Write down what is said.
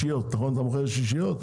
נכון אתה מוכר שישיות?